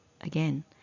again